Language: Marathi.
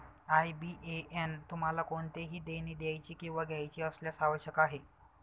आय.बी.ए.एन तुम्हाला कोणतेही देणी द्यायची किंवा घ्यायची असल्यास आवश्यक आहे